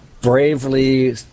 bravely